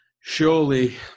Surely